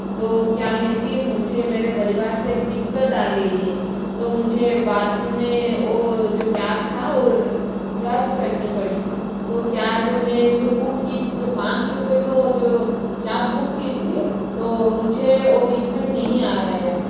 तो क्या है कि मुझे मेरे परिवार से एक दिक्कत आ गई है तो मुझे बाद में वो जो कैब था वो रद्द करनी पड़ी तो क्या जो मैं जो बुक की थी जो पाँच रुपये में वो जो कैब बुक की थी तो मुझे वो रिफंड नहीं आ पाया